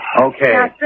Okay